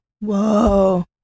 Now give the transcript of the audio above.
Whoa